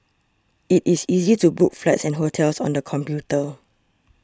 it is easy to book flights and hotels on the computer